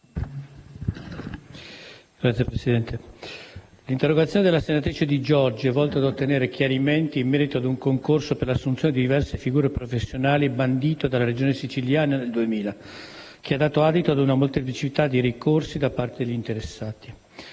Signora Presidente, l'interrogazione della senatrice Di Giorgi è volta a ottenere chiarimenti in merito a un concorso per l'assunzione di diverse figure professionali bandito dalla Regione Siciliana nel 2000, che ha dato adito a una molteplicità di ricorsi da parte degli interessati.